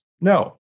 No